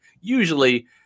Usually